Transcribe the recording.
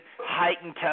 heightened